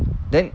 then